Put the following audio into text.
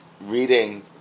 reading